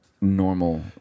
normal